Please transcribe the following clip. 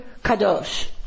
kadosh